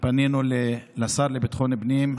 פנינו לשר לביטחון הפנים.